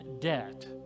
debt